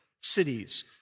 cities